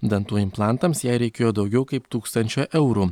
dantų implantams jai reikėjo daugiau kaip tūkstančio eurų